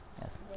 yes